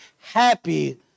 Happy